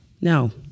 No